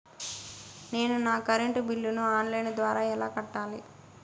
నేను నా కరెంటు బిల్లును ఆన్ లైను ద్వారా ఎలా కట్టాలి?